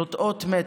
זאת אות מתה.